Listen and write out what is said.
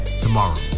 tomorrow